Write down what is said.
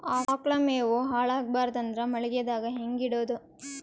ಆಕಳ ಮೆವೊ ಹಾಳ ಆಗಬಾರದು ಅಂದ್ರ ಮಳಿಗೆದಾಗ ಹೆಂಗ ಇಡೊದೊ?